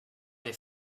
les